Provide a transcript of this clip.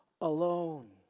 alone